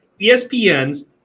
ESPN's